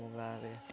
ଆମ ଗାଁ ରେ